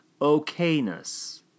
okayness